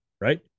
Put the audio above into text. right